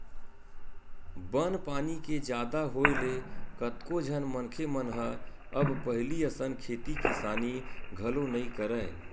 बन पानी के जादा होय ले कतको झन मनखे मन ह अब पहिली असन खेती किसानी घलो नइ करय